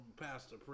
Pastor